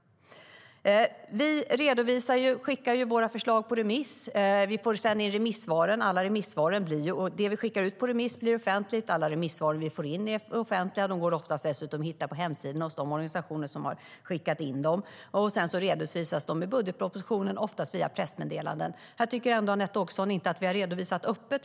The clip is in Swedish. Vi skickar våra förslag på remiss. Vi får sedan in remissvar. Det vi skickar ut på remiss blir offentligt, och alla remissvar som vi får in är offentliga. De går dessutom oftast att hitta på hemsidan hos de organisationer som har skickat in dem. Sedan redovisas de i budgetpropositionen och oftast via pressmeddelanden. Här tycker Anette Åkesson inte att vi har redovisat öppet.